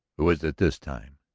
who is it this time?